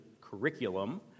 curriculum